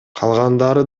калгандары